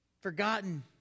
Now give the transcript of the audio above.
Forgotten